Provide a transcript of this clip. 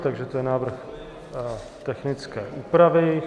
Takže to je návrh technické úpravy.